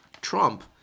Trump